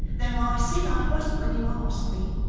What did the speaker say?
though i said i wasn't when you asked me.